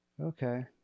Okay